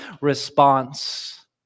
response